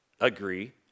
agree